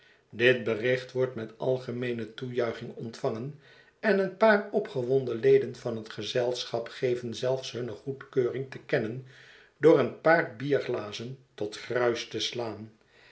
dit bericht wordt met algemeene toejuiching ontvangen en een paar opgewonden leden van het gezelschap geven zelfs hunne goedkeuring te kennen door een paar bierglazen tot gruis te slaan